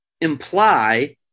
imply